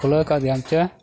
ᱠᱷᱩᱞᱟᱹᱣ ᱠᱟᱫ ᱜᱮᱭᱟᱟᱢ ᱥᱮ